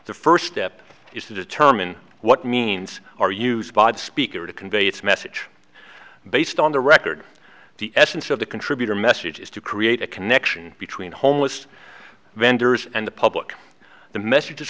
the first step is to determine what means are used by the speaker to convey its message based on the record the essence of the contributor message is to create a connection between homeless vendors and the public the message